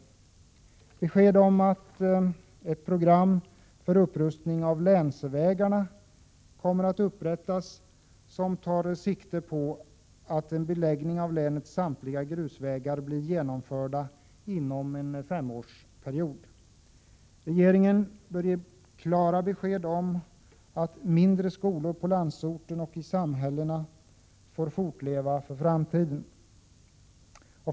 Det behövs också besked om att ett program för upprustning av länsvägarna kommer att upprättas, med siktet inställt på att länets samliga grusvägar beläggs under en femårsperiod. Regeringen bör även ge klara besked om att mindre skolor i landsorten och ute i samhällena får fortleva även i framtiden.